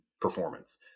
performance